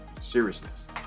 seriousness